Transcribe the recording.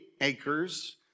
acres